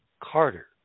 Carter